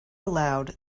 aloud